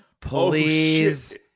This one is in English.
Please